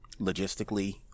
logistically